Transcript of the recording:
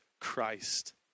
christ